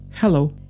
Hello